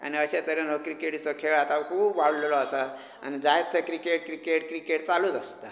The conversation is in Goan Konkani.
आनी अशें तरेन हो क्रिकेटीचो खेळ आतां खूब वाडलेलो आसा आनी जायत थंय क्रिकेट क्रिकेट क्रिकेट चालूच आसता